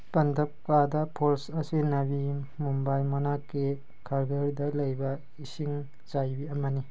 ꯄꯥꯟꯗꯞꯀꯥꯗꯥ ꯐꯣꯜꯁ ꯑꯁꯤ ꯅꯥꯚꯤ ꯃꯨꯝꯕꯥꯏ ꯃꯅꯥꯛꯀꯤ ꯈꯥꯒꯔꯗ ꯂꯩꯕ ꯏꯁꯤꯡ ꯆꯥꯏꯕꯤ ꯑꯃꯅꯤ